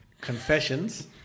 Confessions